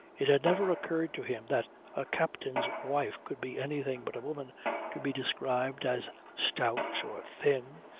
it had never occurred to him that a captain's wife could be anything but a woman to be described as stout or thin,